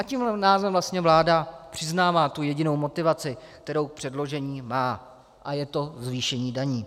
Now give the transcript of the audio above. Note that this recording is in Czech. Tímhle názvem vlastně vláda přiznává tu jedinou motivaci, kterou k předložení má, a je to zvýšení daní.